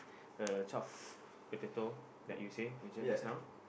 uh twelve potato that you say mention just now